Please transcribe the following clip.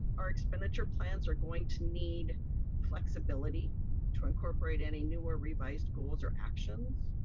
our expenditure plans are going to need flexibility to incorporate any new or revised goals or actions.